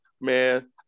man